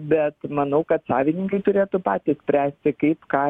bet manau kad savininkai turėtų patys spręsti kaip ką